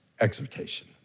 Exhortation